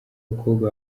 bakobwa